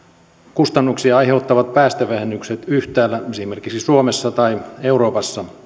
kustannuksia aiheuttavat päästövähennykset yhtäällä esimerkiksi suomessa tai euroopassa